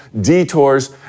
detours